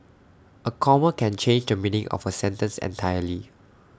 A comma can change the meaning of A sentence entirely